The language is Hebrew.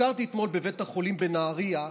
ביקרתי אתמול בבית החולים בנהריה,